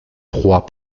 proies